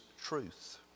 truth